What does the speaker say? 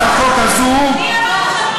מי אמר ?